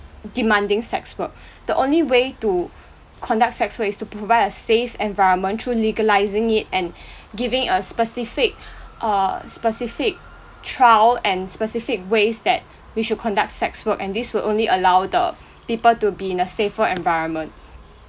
demanding sex work the only way to conduct sex work is to provide a safe environment through legalising it and giving a specific a specific trial and specific ways that we should conduct sex work and this will only allow the people to be in a safer environment